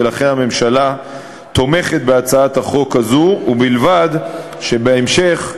ולכן הממשלה תומכת בהצעת החוק הזו, ובלבד שבהמשך,